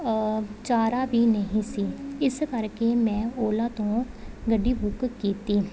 ਚਾਰਾ ਵੀ ਨਹੀਂ ਸੀ ਇਸ ਕਰਕੇ ਮੈਂ ਓਲਾ ਤੋਂ ਗੱਡੀ ਬੁੱਕ ਕੀਤੀ